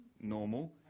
normal